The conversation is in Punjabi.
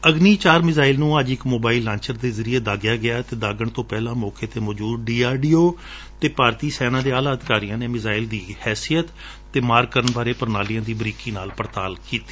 ਅਗਨੀ ਚਾਰ ਮਿਜ਼ਾਇਲ ਨੂੰ ਅੱਜ ਇਕ ਮੋਬਾਇਲ ਲਾਂਚਰ ਦੇ ਜ਼ਰੀਏ ਦਾਗਿਆ ਗਿਆ ਅਤੇ ਦਾਗਣ ਤੋਂ ਪਹਿਲੇ ਮੌਕੇ ਤੇ ਮੌਜੁਦ ਡੀ ਆਰ ਡੀ ਓ ਅਤੇ ਭਾਰਤੀ ਸੇਨਾ ਦੇ ਆਲਾ ਅਧਿਕਾਰੀਆਂ ਨੇ ਮਿਜ਼ਾਇਲ ਦੀ ਹੈਸਿਅਤ ਅਤੇ ਮਾਰ ਕਰਨ ਬਾਰੇ ਪਣਾਲੀਆਂ ਦੀ ਬਰੀਕੀ ਨਾਲ ਪੜਤਾਲ ਕੀਤੀ